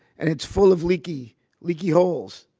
and it's full of leaky leaky holes.